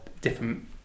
different